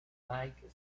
mike